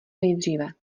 nejdříve